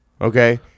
okay